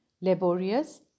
laborious